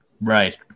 Right